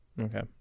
Okay